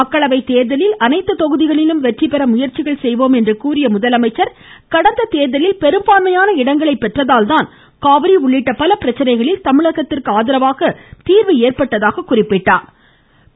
மக்களவை தேர்தலில் அனைத்து தொகுதிகளிலும் வெற்றி பெற முயற்சிகள் செய்வோம் என்று கூறிய அவர் கடந்த தேர்தலில் பெரும்பான்மையான இடங்களை பெற்றதால்தான் காவிரி உள்ளிட்ட பல பிரச்சனைகளில் தமிழகத்திற்கு ஆதரவாக தீர்வு ஏற்பட்டதாக தெரிவித்தார்